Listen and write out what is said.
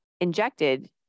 injected